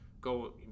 go